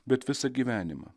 bet visą gyvenimą